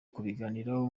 kubiganiraho